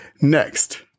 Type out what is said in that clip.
Next